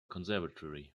conservatory